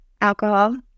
alcohol